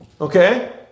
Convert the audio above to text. Okay